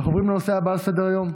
אנחנו עוברים לנושא הבא על סדר-היום,